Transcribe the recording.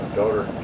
daughter